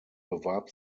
bewarb